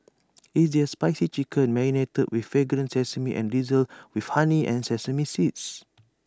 is their spicy chicken marinated with fragrant sesame and drizzled with honey and sesame seeds